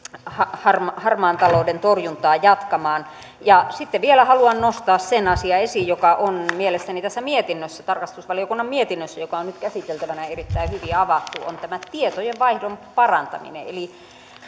harmaan harmaan talouden torjuntaa jatkamaan sitten vielä haluan nostaa sen asian esiin joka on mielestäni tässä tarkastusvaliokunnan mietinnössä joka on nyt käsiteltävänä erittäin hyvin avattu tämän tietojenvaihdon parantamisen eli